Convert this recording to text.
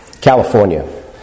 California